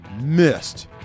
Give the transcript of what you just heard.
missed